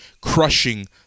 crushing